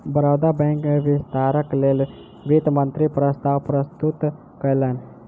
Baroda bank में विस्तारक लेल वित्त मंत्री प्रस्ताव प्रस्तुत कयलैन